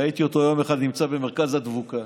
ראיתי אותו יום אחד נמצא במרכז הדבוקה